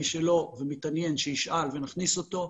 מי שלא ומתעניין שישאל ונכניס אותו,